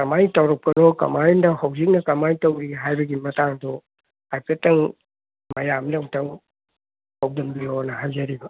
ꯀꯔꯃꯥꯏ ꯇꯧꯔꯛꯄꯅꯣ ꯀꯃꯥꯏꯅ ꯍꯧꯖꯤꯛꯅ ꯀꯃꯥꯏ ꯇꯧꯔꯤ ꯍꯥꯏꯕꯒꯤ ꯃꯇꯥꯡꯗꯣ ꯍꯥꯏꯐꯦꯠꯇꯪ ꯃꯌꯥꯝꯗ ꯑꯝꯇꯪ ꯄꯥꯎꯗꯝꯕꯤꯌꯣꯅ ꯍꯥꯏꯖꯔꯤꯕ